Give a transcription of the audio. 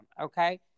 okay